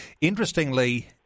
Interestingly